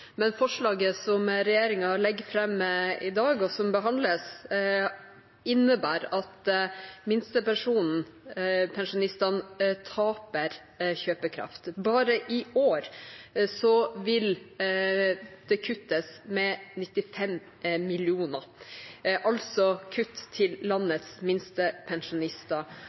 men forslaget som regjeringen legger fram, og som behandles i dag, innebærer at minstepensjonistene taper kjøpekraft. Bare i år vil det kuttes med 95 mill. kr, altså kutt til landets minstepensjonister.